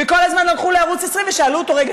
וכל הזמן הלכו לערוץ 20 ושאלו אותו: רגע,